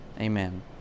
Amen